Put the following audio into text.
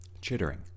chittering